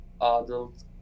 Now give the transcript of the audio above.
adult